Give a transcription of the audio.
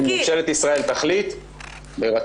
אני מסכים.